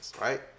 right